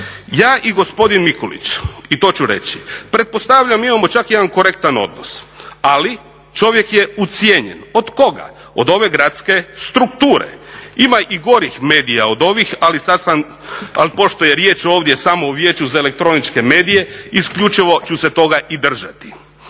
Ja i gospodin Mikulić i to ću reći, pretpostavljam imamo čak jedan korektan odnos, ali čovjek je ucijenjen. Od koga? Od ove gradske strukture. Ima i gorih medija od ovih ali sada sam, ali pošto je riječ ovdje samo o Vijeću za elektroničke medije isključivo ću se toga i držati.